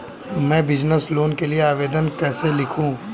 मैं business loan के लिए आवेदन कैसे लिखूँ?